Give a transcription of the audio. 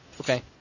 Okay